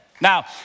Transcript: Now